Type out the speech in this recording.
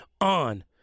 on